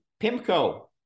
PIMCO